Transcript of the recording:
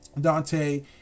Dante